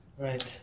Right